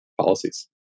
policies